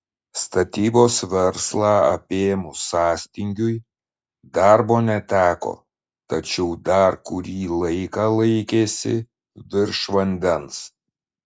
statybos verslą apėmus sąstingiui darbo neteko tačiau dar kurį laiką laikėsi virš vandens